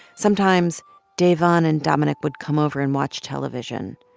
sometimes davon and dominic would come over and watch television,